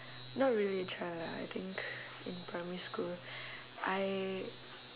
not really a child lah I think in primary school I